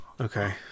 Okay